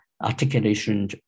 articulation